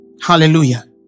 Hallelujah